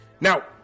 Now